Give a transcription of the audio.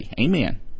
Amen